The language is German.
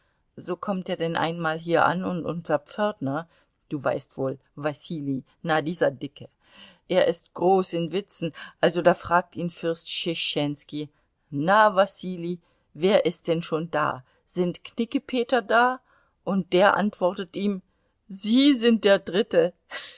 so kommt er denn einmal hier an und unser pförtner du weißt wohl wasili na dieser dicke er ist groß in witzen also da fragt ihn fürst tschetschenski na wasili wer ist denn schon da sind knickepeter da und der antwortet ihm sie sind der dritte